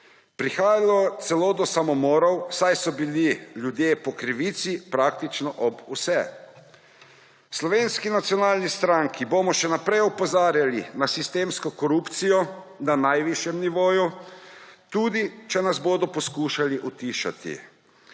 Prihajalo je celo do samomorov, saj so bili ljudje po krivici praktično ob vse. V Slovenski nacionalni stranki bomo še naprej opozarjali na sistemsko korupcijo na najvišjem nivoju, tudi če nas bodo poskušali utišati.